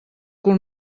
cul